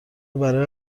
برای